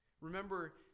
Remember